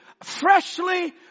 freshly